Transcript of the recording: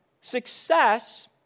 Success